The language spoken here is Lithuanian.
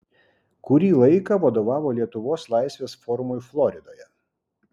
kurį laiką vadovavo lietuvos laisvės forumui floridoje